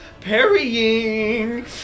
parrying